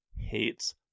hates